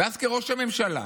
ואז כראש הממשלה,